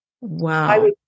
Wow